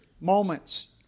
moments